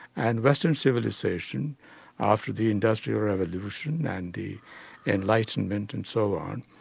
and western civilisation after the industrial revolution and the enlightenment and so on,